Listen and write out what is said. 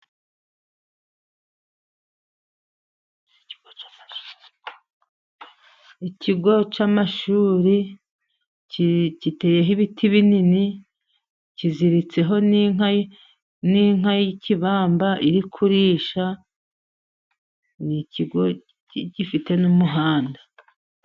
Ikigo cy'amashuri giteyeho ibiti binini, kiziritseho n'inka. Ni inka y'ikibamba iri kurisha, ni ikigo gifite n'umuhanda.